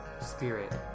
spirit